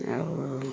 ଆଉ